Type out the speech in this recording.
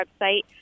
website